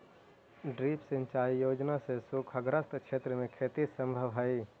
drip सिंचाई योजना से सूखाग्रस्त क्षेत्र में खेती सम्भव हइ